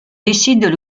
décident